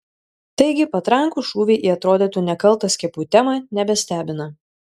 taigi patrankų šūviai į atrodytų nekaltą skiepų temą nebestebina